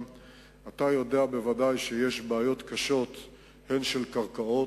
אתה יודע בוודאי שיש בעיות קשות של קרקעות.